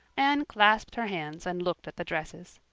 anne clasped her hands and looked at the dresses.